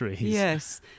yes